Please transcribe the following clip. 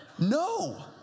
No